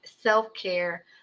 self-care